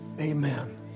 amen